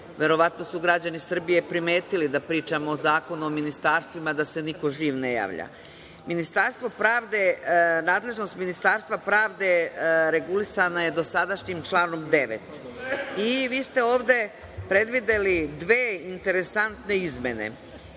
verovatno su građani Srbije primetili da pričamo o zakonu o ministarstvima a da se niko živ ne javlja. Nadležnost Ministarstva pravde regulisana je dosadašnjim članom 9. Vi ste ovde predvideli dve interesantne izmene.